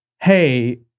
hey